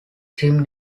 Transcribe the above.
tim